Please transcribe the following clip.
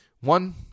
one